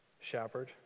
shepherd